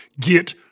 get